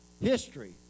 history